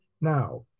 Now